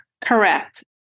Correct